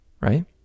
right